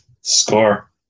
Score